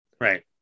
Right